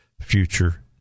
future